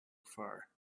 far